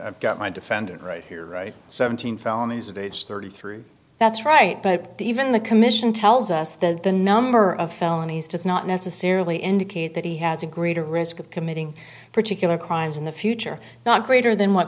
right my defendant right here right seventeen felonies of age thirty three that's right but even the commission tells us that the number of felonies does not necessarily indicate that he has a greater risk of committing particular crimes in the future not greater than what